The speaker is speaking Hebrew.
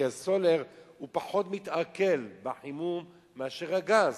כי הסולר פחות מתעכל בחימום מאשר הגז.